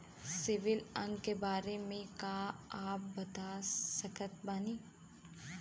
CIBIL अंक के बारे मे का आप बता सकत बानी?